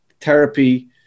therapy